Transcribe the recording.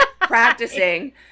practicing